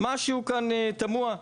משהו כאן תמוה.